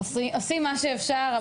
עושים מה שאפשר,